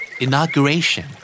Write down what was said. Inauguration